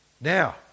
now